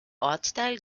ortsteil